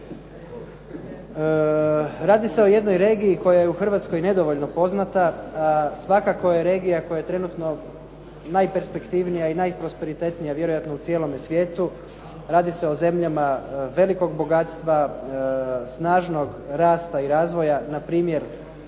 Radi se o jednoj regiji koja je u Hrvatskoj nedovoljno poznata, a svakako je regija koja je trenutno najperspektivnija i najprosperitetnija vjerojatno u cijelome svijetu. Radi se o zemljama velikog bogatstva, snažnog rasta i razvoja npr. reći